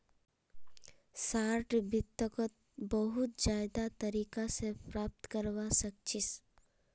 short वित्तक बहुत ज्यादा तरीका स प्राप्त करवा सख छी